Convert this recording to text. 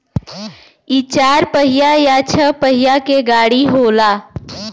इ चार पहिया या छह पहिया के गाड़ी होला